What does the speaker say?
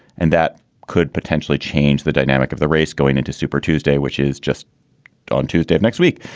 and that could potentially change the dynamic of the race going into super tuesday, which is just on tuesday next week.